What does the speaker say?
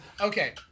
Okay